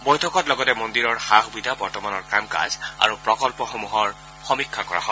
বৈঠকত লগতে মন্দিৰৰ সা সুবিধা বৰ্তমানৰ কাম কাজ আৰু প্ৰকল্পসমূহৰ সমীক্ষা কৰা হয়